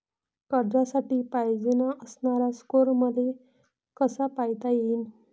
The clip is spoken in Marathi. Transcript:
कर्जासाठी पायजेन असणारा स्कोर मले कसा पायता येईन?